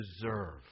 Deserve